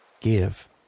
give